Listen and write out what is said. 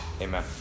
Amen